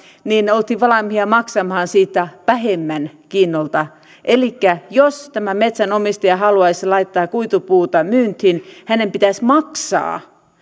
oltiin valmiita maksamaan vähemmän kiinnolta elikkä jos tämä metsänomistaja haluaisi laittaa kuitupuuta myyntiin hänen pitäisi maksaa